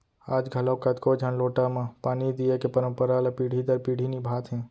आज घलौक कतको झन लोटा म पानी दिये के परंपरा ल पीढ़ी दर पीढ़ी निभात हें